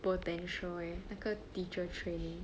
potential eh 那个 teacher training